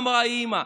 אמרה האימא,